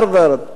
הרווארד,